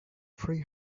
three